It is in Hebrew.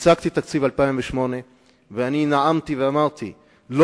כשהצגתי את תקציב 2008 נאמתי פה ואמרתי שלא